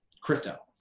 Crypto